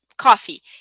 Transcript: coffee